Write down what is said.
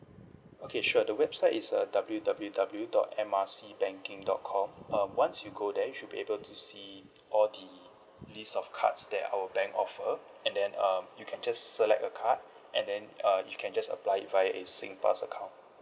okay sure the website is uh W W W dot M R C banking dot com um once you go there you should be able to see all thes list of cards that our bank offer and then um you can just select a card and then uh you can just apply it via a singpass account